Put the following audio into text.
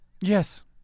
Yes